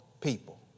people